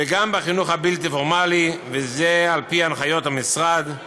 וגם בחינוך הבלתי-פורמלי, וזה על-פי הנחיות המשרד.